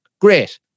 Great